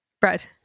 bread